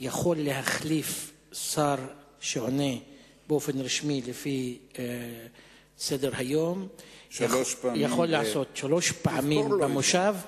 יכול להחליף שר שעונה באופן רשמי לפי סדר-היום שלוש פעמים במושב,